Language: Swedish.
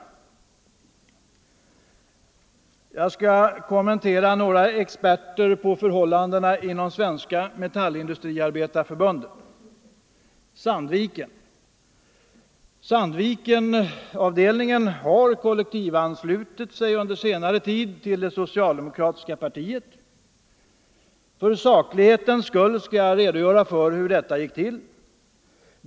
Jag vill kommentera några experter på förhållandena inom Svenska metallindustriarbetareförbundet. När det gäller Sandviken kan jag anföra att Sandvikenavdelningen under senare tid har kollektivanslutit sig till det socialdemokratiska partiet. För saklighetens skull kan jag redogöra för hur detta gick till.